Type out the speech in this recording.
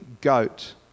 goat